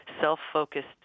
self-focused